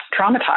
traumatized